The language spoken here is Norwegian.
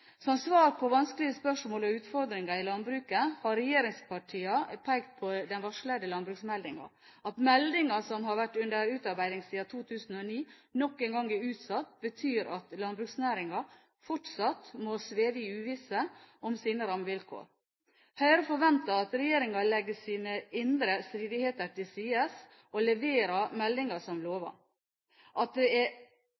Som svar på vanskelige spørsmål og utfordringer i landbruket har regjeringspartiene pekt på den varslede landbruksmeldingen. At meldingen som har vært under utarbeiding siden 2009, nok en gang er utsatt, betyr at landbruksnæringen fortsatt må sveve i uvisse om sine rammevilkår. Høyre forventer at regjeringen legger sine indre stridigheter til side, og leverer meldingen som